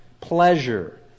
pleasure